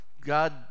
God